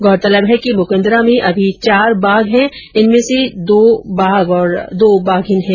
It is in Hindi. गौरतलब है कि मुकन्दरा में अभी चार बाघ है जिनमे दो बाघ और दो बाघिन हैं